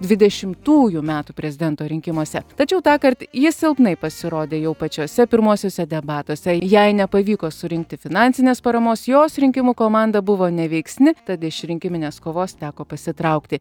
dvidešimtųjų metų prezidento rinkimuose tačiau tąkart ji silpnai pasirodė jau pačiuose pirmuosiuose debatuose jai nepavyko surinkti finansinės paramos jos rinkimų komanda buvo neveiksni tad iš rinkiminės kovos teko pasitraukti